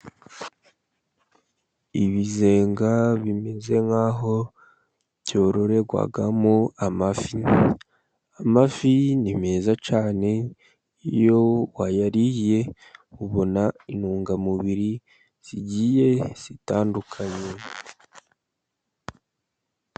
Ibizenga bimeze nk'aho cyororerwamo amafi, amafi ni meza cyane, iyo wayariye ubona intungamubiri zigiye zitandukanye.